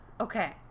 okay